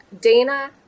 Dana